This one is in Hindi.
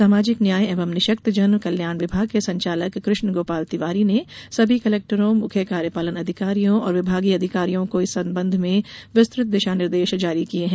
सामाजिक न्याय एवं निःशक्तजन कल्याण विभाग के संचालक कृष्णगोपाल तिवारी ने सभी कलेक्टरों मुख्य कार्यपालन अधिकारियों और विभागीय अधिकारियों को इस संबंध में विस्तृत दिशा निर्देश जारी किये हैं